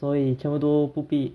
所以全部都不必